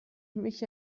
mich